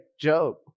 joke